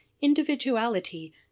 individuality